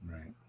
right